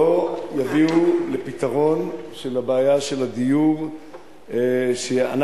לא יביאו לפתרון של הבעיה של הדיור שאנחנו